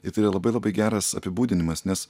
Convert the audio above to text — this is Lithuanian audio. ir tai yra labai labai geras apibūdinimas nes